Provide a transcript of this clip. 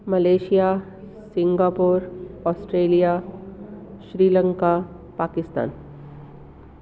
Malaysia Singapore Australia Sri Lanka Pakistan